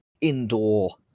indoor